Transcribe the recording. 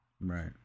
right